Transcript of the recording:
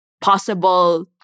possible